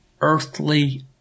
earthly